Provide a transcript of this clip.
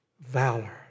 valor